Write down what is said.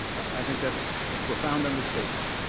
i think that's a profound understatement.